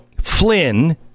Flynn